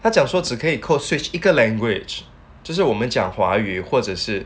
他讲说只可以 code switch 一个 language 就是我们讲华语或者是